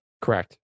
Correct